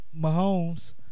Mahomes